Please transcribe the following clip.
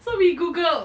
so we googled